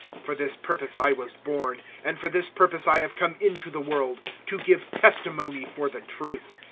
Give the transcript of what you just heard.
for this purpose i was born, and for this purpose i have come into the world to give testimony for the truth.